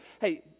Hey